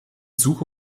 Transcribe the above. suche